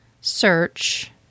search